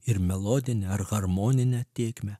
ir melodinę ar harmoninę tėkmę